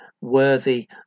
worthy